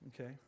okay